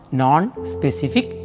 non-specific